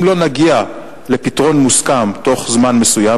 אם לא נגיע לפתרון מוסכם בתוך זמן מסוים,